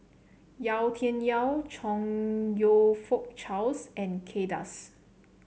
Yau Tian Yau Chong You Fook Charles and Kay Das